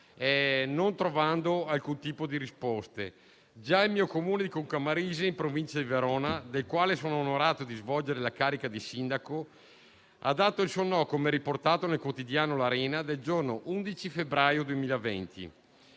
non trovando alcun tipo di risposta. Il Comune di Concamarise, in provincia di Verona, nel quale sono onorato di svolgere la carica di sindaco, ha espresso il suo no, come riportato nel quotidiano «L'Arena» del giorno 11 febbraio 2020.